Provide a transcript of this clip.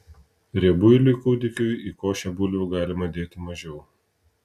riebuiliui kūdikiui į košę bulvių galima dėti mažiau